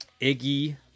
Iggy